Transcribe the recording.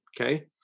Okay